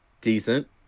decent